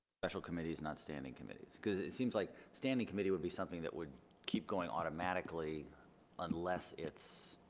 special committees not standing committees because it it seems like standing committee would be something that would keep going automatically unless it's